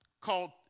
called